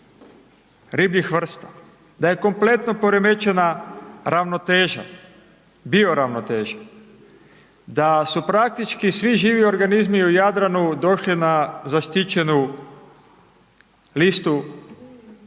ribljih vrsta, da je kompletno poremećena ravnoteža, bioravnoteža. Da su praktički svi živi organizmi u Jadranu došli na zaštićenu listu